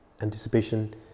anticipation